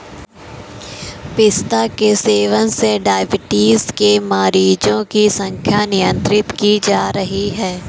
पिस्ता के सेवन से डाइबिटीज के मरीजों की संख्या नियंत्रित की जा रही है